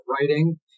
writing